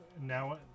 now